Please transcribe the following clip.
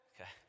Okay